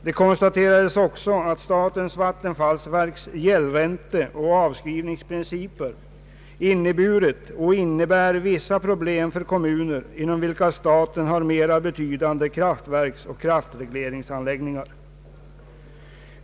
Det konstaterades också att statens vattenfallsverks gäldränteoch avskrivningsprinciper inneburit och innebär vissa problem för kommuner, inom vilka staten har mera betydande kraftverksoch kraftregleringsanläggningar.